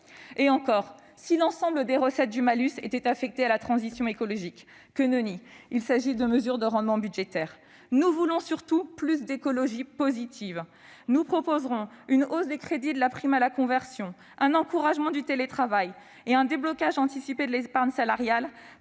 Si encore l'ensemble des recettes du malus étaient affectées à la transition écologique ... Que nenni ! Il ne s'agit que d'une mesure de rendement budgétaire. Nous voulons surtout plus d'écologie positive. Très bien ! Nous proposerons une hausse des crédits de la prime à la conversion, un encouragement au télétravail et un déblocage anticipé de l'épargne salariale